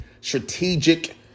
strategic